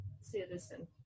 citizen